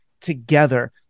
together